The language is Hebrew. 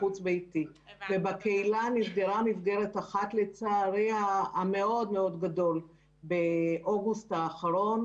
בקהילה נסגרה מסגרת אחת באוגוסט האחרון.